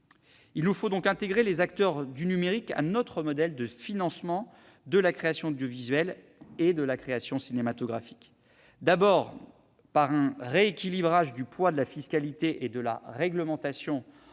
Il nous faut donc intégrer les acteurs du numérique à notre modèle de financement de la création audiovisuelle et cinématographique. Cela passe d'abord par un rééquilibrage du poids de la fiscalité et de la réglementation entre les